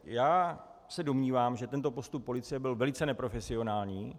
Já se domnívám, že tento postup policie byl velice neprofesionální.